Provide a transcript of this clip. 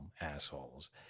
Assholes